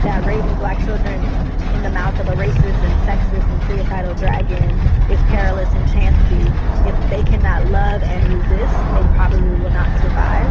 that raising black children in the mouth of a racist and sexist and suicidal dragon is perilous and chancy if they cannot love and resist. they probably will not survive.